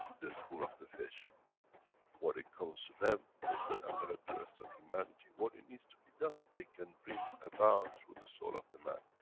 the school of the fish what it comes to them, they can alert the rest of humanity. what it needs to be done. they can bring about through the soul of the man.